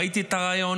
ראיתי את הראיונות,